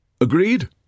Agreed